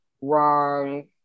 wrong